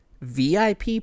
VIP